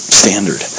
standard